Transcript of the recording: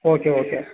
okay okay